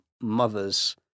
mothers